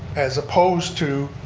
as opposed to